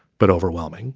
but overwhelming